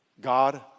God